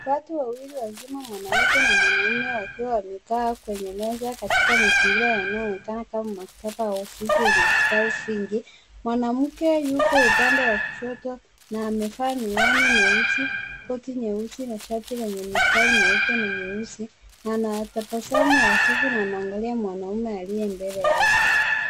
Watu wawili wazima, mwanamke na mwanaume, wakiwa wamekaa kwenye meza katika mazingira yanayoonekana kama maktaba au ofisi yenye vitabu vingi. Mwanamke yuko upande wa kushoto na amevaa miwani mieusi, koti nyeusi na shati lenye mistari nyeupe na nyeusi, na ana tabasamu hafifu na anaangalia mwanaume aliye mbele yake.